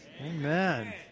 amen